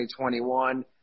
2021